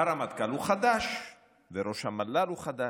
הרמטכ"ל הוא חדש וראש המל"ל הוא חדש.